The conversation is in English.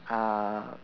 uh